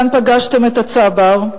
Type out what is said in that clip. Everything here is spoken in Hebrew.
כאן פגשתם את הצבר,